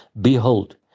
Behold